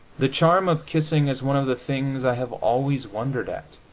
the charm of kissing is one of the things i have always wondered at.